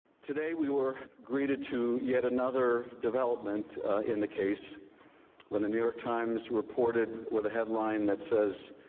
today we were greeted to yet another development in the case when the new york times reported with a headline that says,